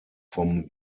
vom